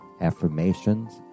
affirmations